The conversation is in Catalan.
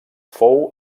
fou